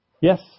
Yes